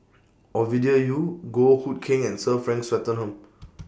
Ovidia Yu Goh Hood Keng and Sir Frank Swettenham